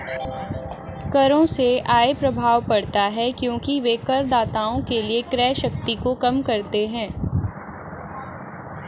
करों से आय प्रभाव पड़ता है क्योंकि वे करदाताओं के लिए क्रय शक्ति को कम करते हैं